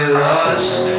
lost